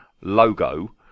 logo